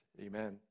Amen